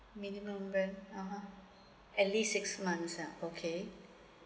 minimum rent (uh huh) at least six months uh okay